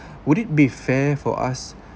would it be fair for us